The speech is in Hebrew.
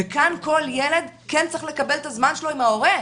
וכאן כל ילד כן צריך לקבל את הזמן שלו עם ההורה.